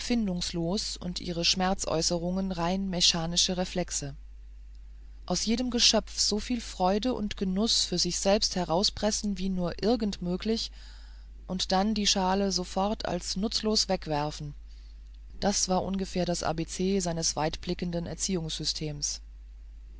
und ihre schmerzäußerung ein mechanischer reflex aus jedem geschöpf so viel freude und genuß für sich selbst herauspressen wie nur irgend möglich und dann die schale sofort als nutzlos wegzuwerfen das war ungefähr das abc seines weitblickenden erziehungssystems